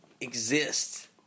exist